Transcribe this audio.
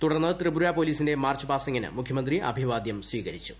തുടർന്ന് ത്രിപുര പോലീസിന്റെ മാർച്ച് പാസിംഗിന് മുഖ്യമന്ത്രി അഭിവാദ്യം സ്വീകരിച്ചു